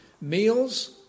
meals